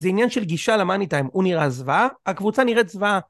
זה עניין של גישה למאני טיים, הוא נראה זוועה? הקבוצה נראית זוועה.